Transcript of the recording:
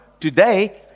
Today